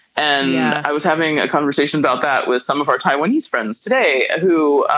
and i was having a conversation about that with some of our taiwanese friends today who